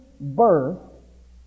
birth